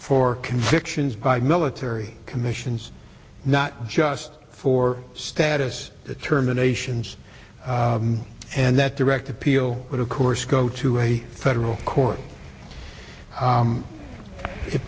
for convictions by military commissions not just for status determinations and that direct appeal but of course go to a federal court